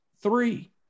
three